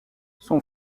son